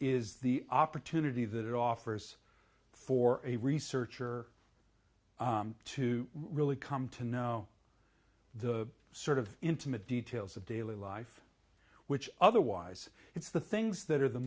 is the opportunity that it offers for a researcher to really come to know the sort of intimate details of daily life which otherwise it's the things that are the